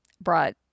brought